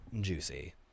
Juicy